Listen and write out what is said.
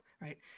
right